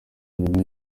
nyuma